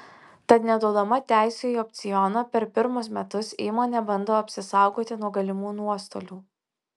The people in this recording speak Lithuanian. tad neduodama teisių į opcioną per pirmus metus įmonė bando apsisaugoti nuo galimų nuostolių